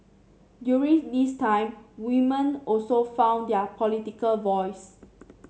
during this time women also found their political voice